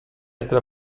altri